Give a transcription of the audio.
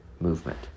movement